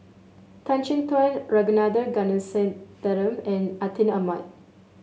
Tan Chin Tuan Ragunathar Kanagasuntheram and Atin Amat